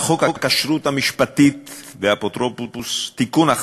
חוק הכשרות המשפטית והאפוטרופסות (תיקון,